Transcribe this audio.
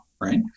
right